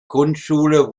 kunstschule